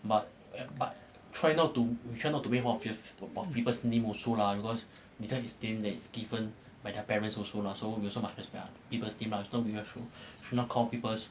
but er~ but try not to try not to make fun of pe~ people's name also lah because his name that is given by their parents also lah so we also must respect people's name ah so should should not call people's